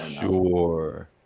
Sure